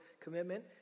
commitment